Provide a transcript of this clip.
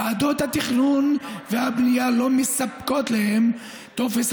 ועדות התכנון והבנייה לא מספקות להם טופס